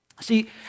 See